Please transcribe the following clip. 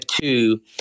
two